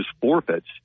forfeits